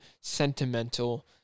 sentimental